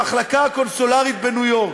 המחלקה הקונסולרית בניו יורק,